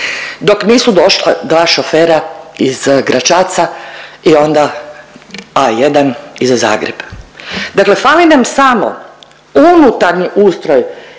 dok nisu došla dva šofera iz Gračaca i onda A1 i za Zagreb. Dakle, fali nam samo unutarnji ustroj